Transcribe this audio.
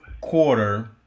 quarter